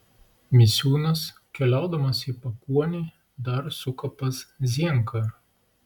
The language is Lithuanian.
misiūnas keliaudamas į pakuonį dar suka pas zienką